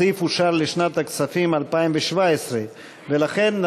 הסעיף אושר לשנת הכספים 2017. ולכן,